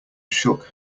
shook